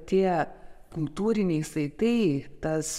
tie kultūriniai saitai tas